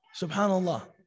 Subhanallah